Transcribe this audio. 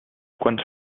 quants